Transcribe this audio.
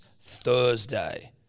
Thursday